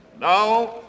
Now